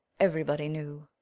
everybody knew.